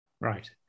Right